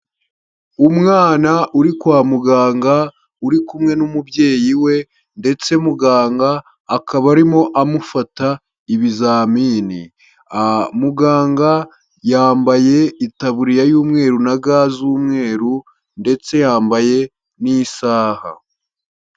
Umwana uri kwa muganga uri kumwe n'umubyeyi we, ndetse muganga akaba arimo amufata ibizamini, muganga yambaye itaburiya y'umweru na ga z'umweru, ndetse yambaye n'isaha.